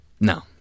No